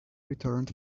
returned